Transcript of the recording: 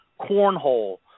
Cornhole